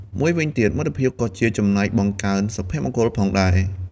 មួយវិញទៀត មិត្តភាពក៏ជាចំណែកបង្កើនសុភមង្គល ផងដែរ។